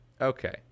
okay